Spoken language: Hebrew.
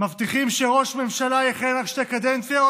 מבטיחים שראש ממשלה יכהן רק שתי קדנציות